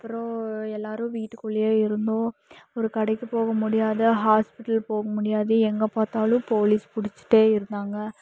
அப்புறோம் எல்லாரும் வீட்டுக்குள்ளேயே இருந்தோம் ஒரு கடைக்கு போக முடியாது ஹாஸ்பிடல் போக முடியாது எங்கே பார்த்தாலும் போலீஸ் பிடிச்சிட்டே இருந்தாங்க